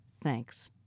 Thanks